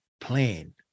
plan